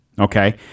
Okay